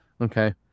Okay